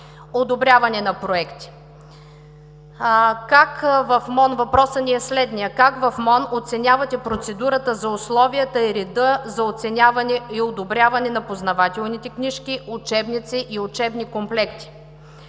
одобряване на проекти. Въпросът ни е следният: как в МОН оценявате процедурата за условията и реда за оценяване и одобряване на познавателните книжки, учебници и учебни комплекти;